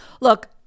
look